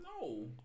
No